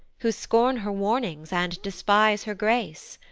who scorn her warnings and despise her grace?